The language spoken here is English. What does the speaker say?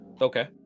Okay